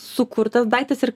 sukurtas daiktas ir